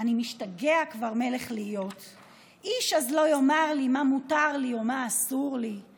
משתגע כבר מלך להיות / איש אז לא יאמר לי / מה מותר ולא מותר לי /